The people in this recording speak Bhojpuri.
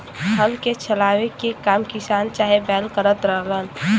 हल के चलावे के काम किसान चाहे बैल करत रहलन